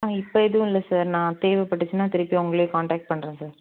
ஆ இப்போ எதுவும் இல்லை சார் நான் தேவைப்பட்டுச்சுனா திருப்பி உங்களை கான்டெக்ட் பண்ணுறேன் சார்